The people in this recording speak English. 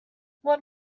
what